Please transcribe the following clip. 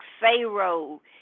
Pharaoh